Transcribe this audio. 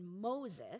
Moses